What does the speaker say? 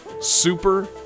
Super